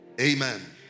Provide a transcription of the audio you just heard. amen